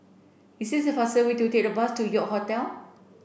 is it faster to take the bus to York Hotel